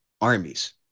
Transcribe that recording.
armies